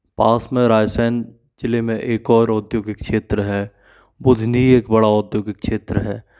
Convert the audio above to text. पास में रायसेन ज़िले में एक और औद्योगिक क्षेत्र है बुधनी एक बड़ा औद्योगिक क्षेत्र है